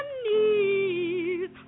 knees